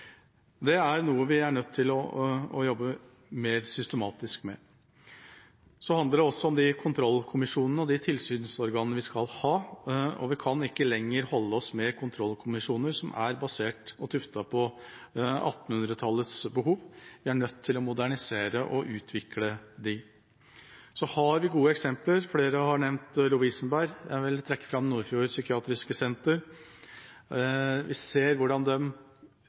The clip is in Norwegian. Det er noe vi er nødt til å jobbe mer systematisk med. Så handler det også om de kontrollkommisjonene og de tilsynsorganene vi skal ha. Vi kan ikke lenger holde oss med kontrollkommisjoner som er basert og tuftet på 1800-tallets behov. Vi er nødt til å modernisere og utvikle dem. Vi har gode eksempler, og flere har nevnt Lovisenberg. Jeg vil trekke fram Nordfjord psykiatrisenter, og vi ser hvordan